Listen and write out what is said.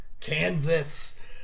Kansas